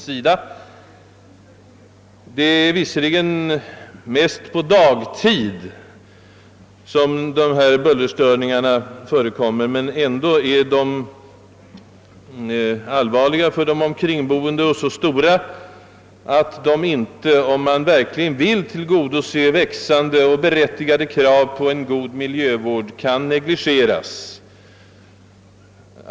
Dessa bullerstörningar, som givetvis inte är en följd av regeringens nämnda beslut, förekommer visserligen mest på dagtid, men de är ändå allvarliga för de omkringboende och så stora, att de inte, om man verkligen vill tillgodose växande och berättigade krav på en god miljövård, kan negligeras.